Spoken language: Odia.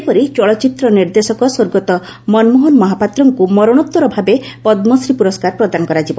ସେହିପରି ଚଳଚିତ୍ର ନିର୍ଦ୍ଦେଶକ ସ୍ୱର୍ଗତ ମନମୋହନ ମହାପାତ୍ରଙ୍କୁ ମରଶୋତ୍ତର ଭାବେ ପଦ୍ମଶ୍ରୀ ପୁରସ୍କାର ପ୍ରଦାନ କରାଯିବ